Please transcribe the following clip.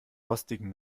rostigen